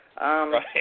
Right